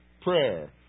prayer